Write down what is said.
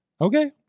Okay